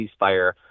ceasefire